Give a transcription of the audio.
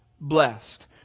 blessed